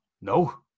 no